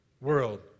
world